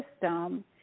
system